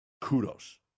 kudos